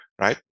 Right